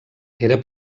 era